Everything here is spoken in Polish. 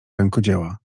rękodzieła